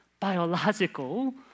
biological